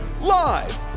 Live